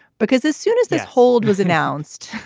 because as soon as this hold was announced,